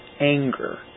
anger